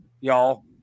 y'all